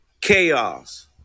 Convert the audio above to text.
Chaos